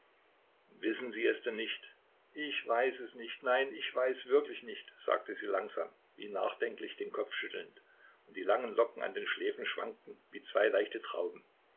wissen sie es denn nicht ich weiß es nicht nein ich weiß wirklich nicht sagte sie langsam wie nachdenklich den kopf schüttelnd und die langen locken an den schläfen schwankten wie zwei leichte trauben